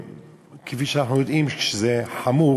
וכפי שאנחנו יודעים זה חמור,